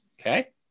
Okay